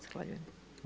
Zahvaljujem.